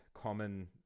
common